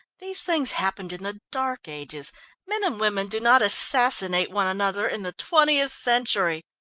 these things happened in the dark ages men and women do not assassinate one another in the twentieth century.